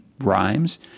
rhymes